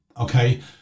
okay